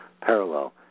parallel